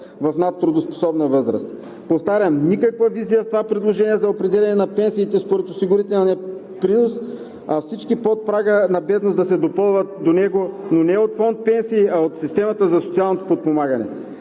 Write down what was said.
в надтрудоспособна възраст. Повтарям, никаква визия в това предложение за определяне на пенсиите според осигурителния принос, а всички под прага на бедност да се допълват до него, но не от фонд „Пенсии“, а от системата за социалното подпомагане.